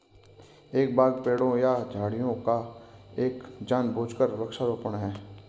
एक बाग पेड़ों या झाड़ियों का एक जानबूझकर वृक्षारोपण है